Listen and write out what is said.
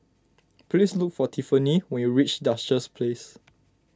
please look for Tiffani when you reach Duchess Place